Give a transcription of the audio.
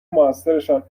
موثرشان